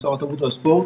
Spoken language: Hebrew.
משרד התרבות והספורט.